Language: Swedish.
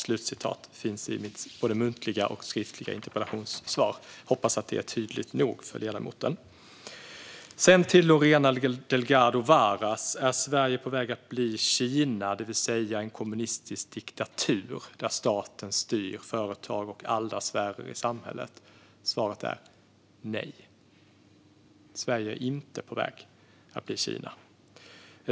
Detta finns i både det muntliga och skriftliga interpellationssvaret. Jag hoppas att det är tydligt nog för ledamoten. Lorena Delgado Varas undrar om Sverige är på väg att bli Kina, det vill säga en kommunistisk diktatur där staten styr företag och alla sfärer i samhället. Svaret är nej. Sverige är inte på väg att bli Kina.